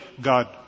God